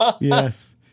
Yes